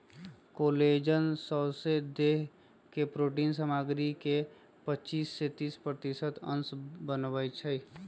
collagen सौसे देह के प्रोटिन सामग्री के पचिस से तीस प्रतिशत अंश बनबइ छइ